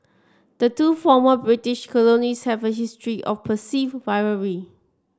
the two former British colonies have a history of perceived rivalry